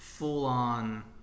full-on